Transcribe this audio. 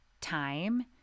time